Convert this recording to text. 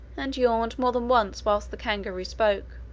and yawned more than once whilst the kangaroo spoke.